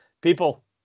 people